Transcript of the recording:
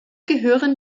gehören